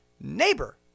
neighbor